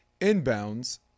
inbounds